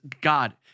God